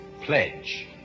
Pledge